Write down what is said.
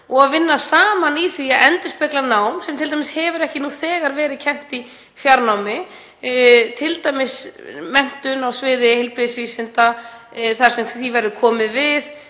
og að vinna saman í því að endurspegla nám sem t.d. hefur ekki nú þegar verið kennt í fjarnámi, t.d. menntun á sviði heilbrigðisvísinda, þar sem því verður komið við,